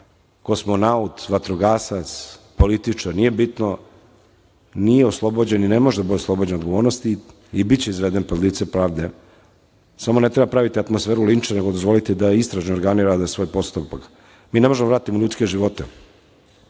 kosmonaut, vatrogasac, političar, nije bitno, nije oslobođen i ne može da bude oslobođen odgovornosti i biće izveden pred lice pravde, samo ne treba praviti atmosferu linča nego dozvoliti da istražni organi rade svoj postupak. Mi ne možemo da vratimo ljudske živote,